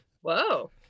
Whoa